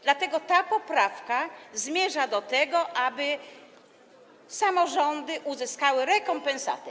Dlatego ta poprawka zmierza do tego, aby samorządy uzyskały rekompensatę.